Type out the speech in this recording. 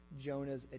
Jonah's